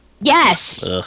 yes